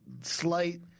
slight